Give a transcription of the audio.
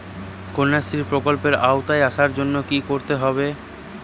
কন্যাশ্রী প্রকল্পের আওতায় আসার জন্য কী করতে হবে?